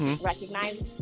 recognize